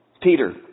Peter